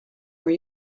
were